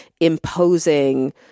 imposing –